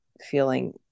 feeling